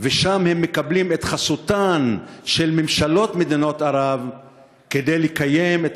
ושם הם מקבלים את חסותן של ממשלות מדינות ערב כדי לקיים את